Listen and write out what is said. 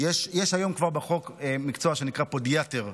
יש היום כבר בחוק מקצוע שנקרא פודיאטר,